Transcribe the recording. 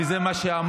וזה מה שאמרתי,